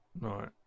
Right